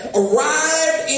arrived